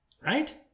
Right